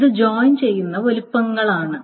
ഇത് ജോയിൻ ചെയ്യുന്ന വലുപ്പങ്ങളാണ്